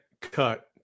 cut